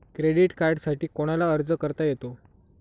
Credit कार्डसाठी कोणाला अर्ज करता येतो?